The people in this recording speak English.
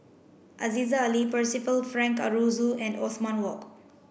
Aziza Ali Percival Frank Aroozoo and Othman Wok